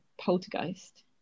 poltergeist